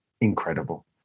incredible